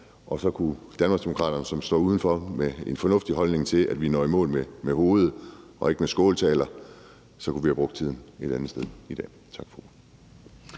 og så kunne Danmarksdemokraterne, som står udenfor med en fornuftig holdning til, at vi når i mål med hovedet og ikke med skåltalerne, have brugt tiden et andet sted i dag. Tak.